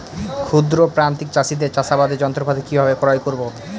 ক্ষুদ্র প্রান্তিক চাষীদের চাষাবাদের যন্ত্রপাতি কিভাবে ক্রয় করব?